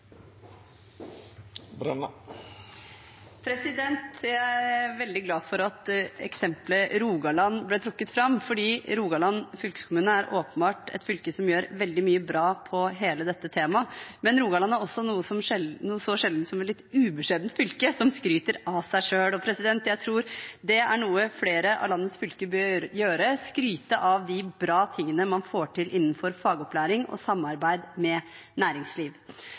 timen. Jeg er veldig glad for at eksempelet Rogaland ble trukket fram, for Rogaland er åpenbart et fylke som gjør veldig mye bra på hele dette temaet, men Rogaland er også noe så sjeldent som et litt ubeskjedent fylke som skryter av seg selv. Jeg tror det er noe flere av landets fylker bør gjøre; skryte av de bra tingene man får til innenfor fagopplæring og samarbeid med næringsliv.